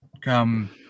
come